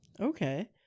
okay